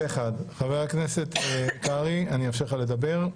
חבר הכנסת קרעי, אני אאפשר לך לדבר.